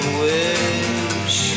wish